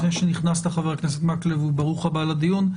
לפני שנכנסת חבר הכנסת מקלב, וברוך הבא לדיון,